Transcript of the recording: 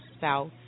South